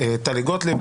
טלי גוטליב,